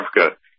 Africa